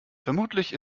vermutlich